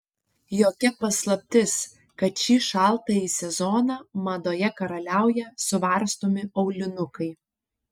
jokia paslaptis kad šį šaltąjį sezoną madoje karaliauja suvarstomi aulinukai